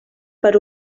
per